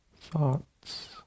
thoughts